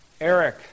Eric